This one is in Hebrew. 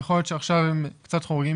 יכול להיות שעכשיו הם קצת חורגים,